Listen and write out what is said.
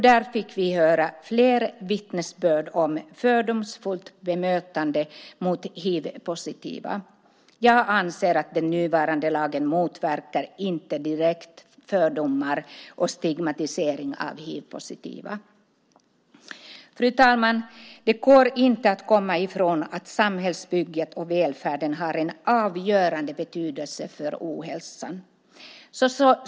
Där fick vi höra flera vittnesbörd om fördomsfullt bemötande av hivpositiva. Jag anser att den nuvarande lagen inte direkt motverkar fördomar och stigmatisering av hivpositiva. Fru talman! Det går inte att komma ifrån att samhällsbygget och välfärden har en avgörande betydelse för ohälsan.